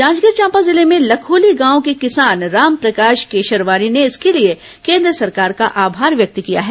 जांजगीर चांपा जिले में लखोली गांव के किसान रामप्रकाश केशरवानी ने इसके लिए केन्द्र सरकार का आभार व्यक्त किया है